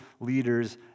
leaders